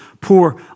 poor